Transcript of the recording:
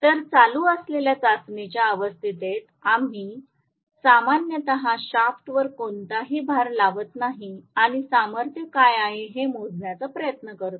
तर चालू असलेल्या चाचणीच्या अवस्थेत आम्ही सामान्यत शाफ्टवर कोणतेही भार लावत नाही आणि सामर्थ्य काय आहे हे मोजण्याचा प्रयत्न करतो